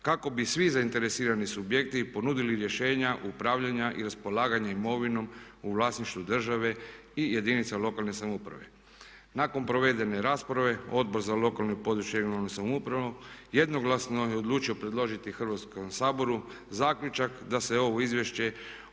kako bi svi zainteresirani subjekti ponudili rješenja upravljanja i raspolaganja imovinom u vlasništvu države i jedinica lokalne samouprave. Nakon provedene rasprave Odbor za lokalnu i područnu, regionalnu samoupravu jednoglasno je odlučio predložiti Hrvatskom saboru zaključak da se ovo izvješće